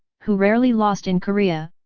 who rarely lost in korea,